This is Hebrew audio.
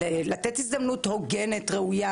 לתת הזדמנות הוגנת וראויה